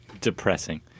Depressing